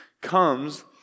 comes